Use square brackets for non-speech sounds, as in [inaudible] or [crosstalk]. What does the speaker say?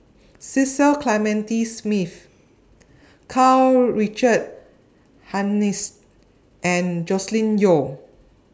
[noise] Cecil Clementi Smith Karl Richard Hanitsch and Joscelin Yeo